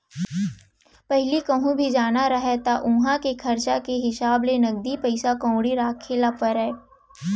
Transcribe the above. पहिली कहूँ भी जाना रहय त उहॉं के खरचा के हिसाब ले नगदी पइसा कउड़ी राखे ल परय